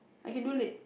I can do late